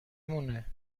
مونه